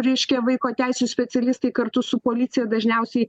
reiškia vaiko teisių specialistai kartu su policija dažniausiai